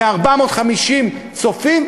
מ-450 צופים,